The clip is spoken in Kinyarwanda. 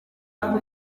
aho